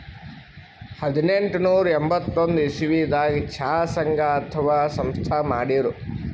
ಹದನೆಂಟನೂರಾ ಎಂಬತ್ತೊಂದ್ ಇಸವಿದಾಗ್ ಚಾ ಸಂಘ ಅಥವಾ ಸಂಸ್ಥಾ ಮಾಡಿರು